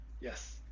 Yes